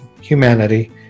humanity